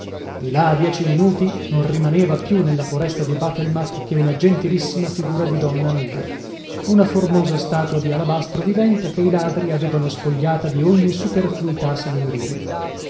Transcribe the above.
di là a dieci minuti non rimaneva più nella foresta di bathelmatt che una gentilissima figura di donna nuda una formosa statua di alabastro vivente che i ladri avevano spogliata di ogni superfluità signorile